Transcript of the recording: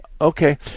Okay